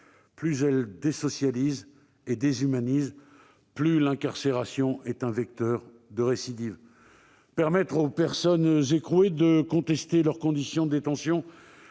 Plus elle désocialise et déshumanise, plus l'incarcération est un vecteur de récidive. Permettre aux personnes écrouées de contester leurs conditions de détention